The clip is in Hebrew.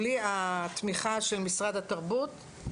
בלי התמיכה של משרד התרבות,